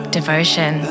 Devotion